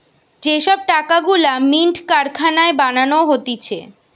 যে সব টাকা গুলা মিন্ট কারখানায় বানানো হতিছে